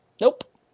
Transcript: nope